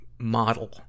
model